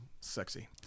sexy